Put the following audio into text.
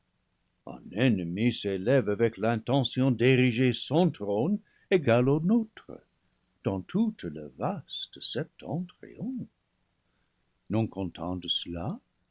un ennemi s'élève avec l'intention d'ériger son trône égal aux nôtres dans tout le vaste septentrion non content de cela